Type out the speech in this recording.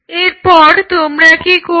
এরপর তোমরা কি করবে